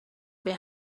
been